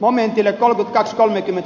amme ja tolkut kasvunäkymät